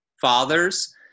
Fathers